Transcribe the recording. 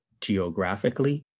geographically